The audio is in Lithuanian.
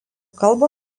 kalbą